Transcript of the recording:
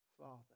father